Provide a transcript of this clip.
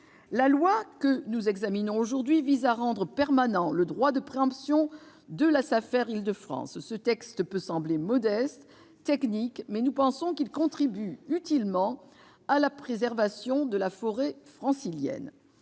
de loi que nous examinons aujourd'hui vise à rendre permanent le droit de préemption de la Safer Île-de-France. Ce texte peut sembler modeste, technique, mais nous pensons qu'il contribue utilement à la préservation de la forêt francilienne.